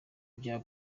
bya